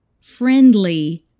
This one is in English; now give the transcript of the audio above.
friendly